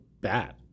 bad